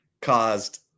caused